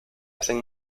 hacen